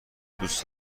دوست